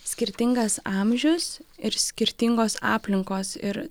skirtingas amžius ir skirtingos aplinkos ir